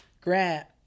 Grant